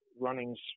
running's